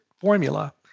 formula